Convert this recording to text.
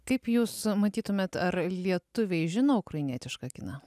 kaip jūs matytumėt ar lietuviai žino ukrainietišką kiną